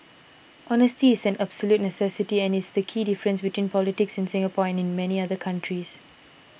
honesty is an absolute necessity and is the key difference between politics in Singapore and in many other countries